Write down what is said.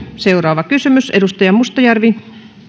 seuraava kysymys edustaja mustajärvi